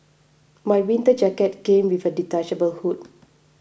my winter jacket came with a detachable hood